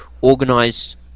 organize